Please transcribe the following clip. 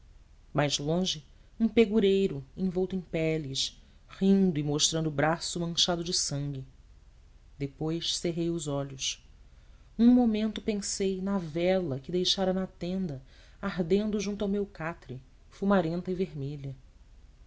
mais longe um pegureiro envolto em peles rindo e mostrando o braço manchado de sangue depois cerrei os olhos um momento pensei na vela que deixara na tenda ardendo junto ao meu catre fumarenta e vermelha